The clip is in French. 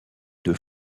deux